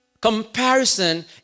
Comparison